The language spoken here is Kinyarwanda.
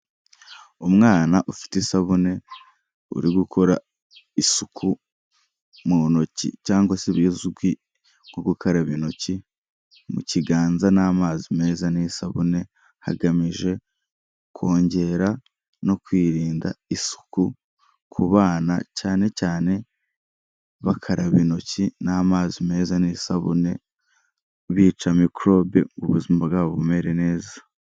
Umwana ufite isabune uri gukora isuku mu ntoki cyangwa se ibizwi nko gukaraba intoki, mu kiganza n'amazi meza n'isabune, hagamijwe kongera no kwirinda isuku ku bana, cyane cyane bakaraba intoki n'amazi meza n'isabune, bica mikorobe ngo ubuzima bwabo bumere neza.